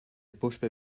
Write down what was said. puspei